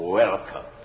welcome